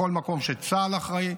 בכל מקום שצה"ל אחראי,